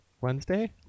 wednesday